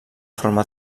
forma